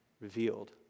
revealed